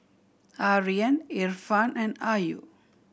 Aryan Irfan and Ayu